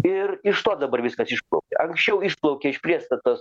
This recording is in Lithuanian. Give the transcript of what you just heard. ir iš to dabar viskas išplaukia anksčiau išplaukė iš priestatos